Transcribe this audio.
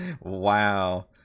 wow